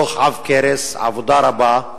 דוח עב כרס, עבודה רבה.